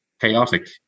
chaotic